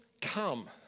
come